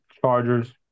Chargers